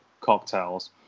cocktails